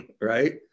right